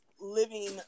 living